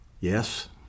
Yes